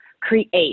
create